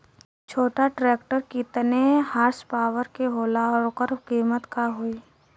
छोटा ट्रेक्टर केतने हॉर्सपावर के होला और ओकर कीमत का होई?